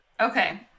Okay